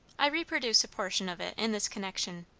i reproduce a portion of it in this connection